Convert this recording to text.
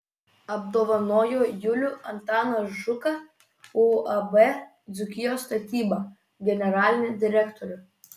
apdovanojo julių antaną žuką uab dzūkijos statyba generalinį direktorių